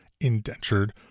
indentured